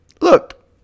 look